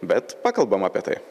bet pakalbam apie tai